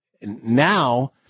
Now